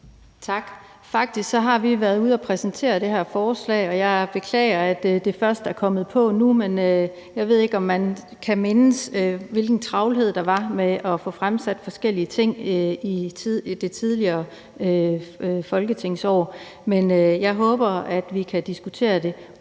Tak. Faktisk har vi været ude at præsentere det her forslag, og jeg beklager, at det først er kommet på nu, men jeg ved ikke, om man mindes, hvilken travlhed der var med at få fremsat forskellige ting i det tidligere folketingsår. Men jeg håber, at vi kan diskutere det